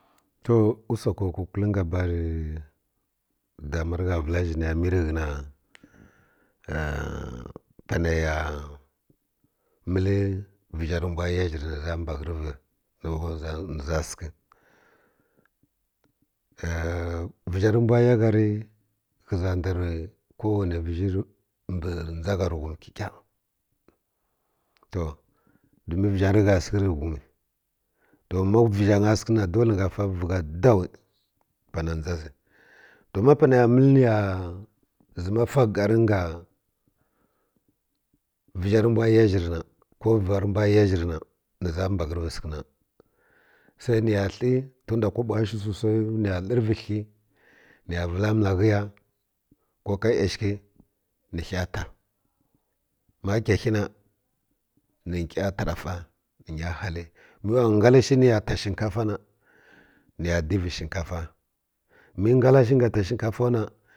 To usoko kukul nga bar dama rə gha vəl zhul mə rə ghə na panə ya məl vəzhi rə mbw ya zhi rə rə rə mbaghərəvi ni ba səkə vəzhi rə mbw ya gha rə ghə za nda ko wane vəzhi rə mbə dʒa gha rə ghum kəkah to domin vənyi rə gha səkə rə ghum to ma vəzi nya səkə na dole na gha fa vi gha dou pana dʒa zi to ma pane ya məl ni ya ni zəma fa gar nga vəzhi rə mbw ya zhi rə na ko vəzhi rə mbw ya zhi rə na ni zha mbaghərəvi səkə na sui ni ya heyi tun nda kobo wa shi susai ni ya lərvi hi ni ya vəla məl ghə ya ko ka yasəki ni ghəy ta ma kəh ghə na ni ghə ta ɗafa ni nya hala mə wa ngal shi ni ya ta shəkafa na ni ya divi shəkafa mə ngla shiw nga ta shəkafaw na